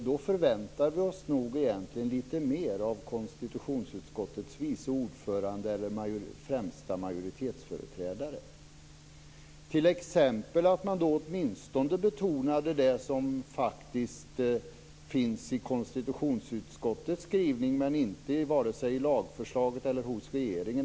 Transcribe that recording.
Då förväntar vi oss nog egentligen lite mer av konstitutionsutskottets vice ordförande och tillika främste majoritetsföreträdare, t.ex. att åtminstone det betonas som finns i konstitutionsutskottets skrivning men som inte finns med vare sig i lagförslaget eller hos regeringen.